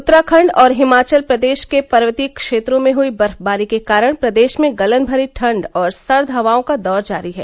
उत्तराखण्ड और हिमाचल प्रदेश के पर्वतीय क्षेत्रों में हुई बर्फबारी के कारण प्रदेश में गलनमरी ठण्ड और सर्द हवाओं का दौर जारी है